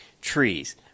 trees